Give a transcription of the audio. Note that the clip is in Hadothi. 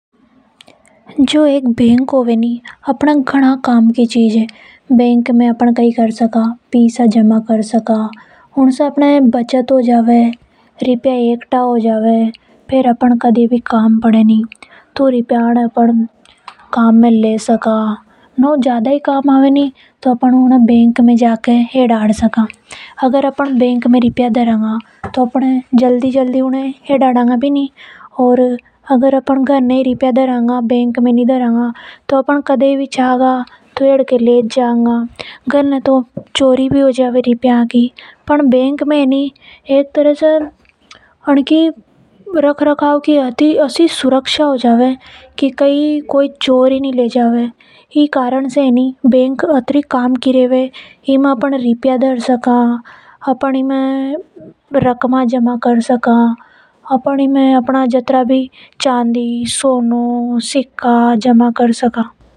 जो एक बैंक होवे नि व अपने घणा काम की है। बैंक में अपन कई कर सका पीसा जमा के सका बैंक में पीसा जमा करवा से अपने पैसा एक्टा हो जावे। ओर जिसे अपने बचत हो जावे और अपने जद ज्यादा ही काम पड़े तो अपन बैंक में जाके पैसा न हेड़ा सका। अगर अपन घर पे ही रुपया रखेगा तो घणा जल्दी ये उठ जाएगा। ई वजह से इने बैंक में ही जमा करना चावे है। बैंक में एक तरह से इनकी सुरक्षा हो जावे या फेर रख रखाव हो जावे।